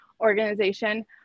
organization